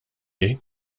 ħin